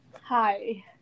Hi